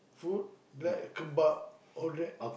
food like kebab all that